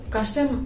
Custom